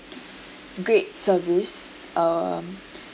great service um